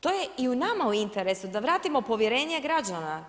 To je i nama u interesu, da vratimo povjerenje građana.